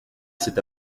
cet